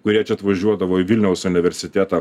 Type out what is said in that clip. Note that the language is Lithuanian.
kurie čia atvažiuodavo į vilniaus universitetą